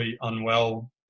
unwell